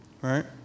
right